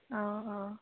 অঁ অঁ